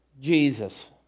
Jesus